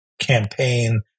campaign